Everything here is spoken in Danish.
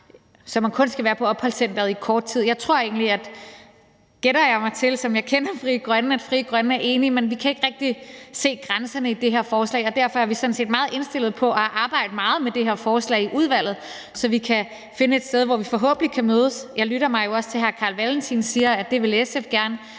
så man kun skal være på opholdscenteret i kort tid. Jeg tror egentlig – eller gætter mig til – som jeg kender Frie Grønne, at Frie Grønne er enige, men vi kan ikke rigtig se grænserne i det her forslag, og derfor er vi sådan set meget indstillede på at arbejde meget med det her forslag i udvalget, så vi kan finde et sted, hvor vi forhåbentlig kan mødes. Jeg lytter mig jo også til, at hr. Carl Valentin siger, at det vil SF gerne,